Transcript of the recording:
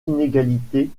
inégalités